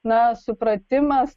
na supratimas